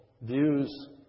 views